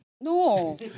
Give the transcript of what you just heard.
No